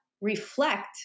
reflect